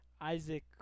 Isaac